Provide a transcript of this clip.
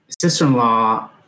sister-in-law